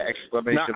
exclamation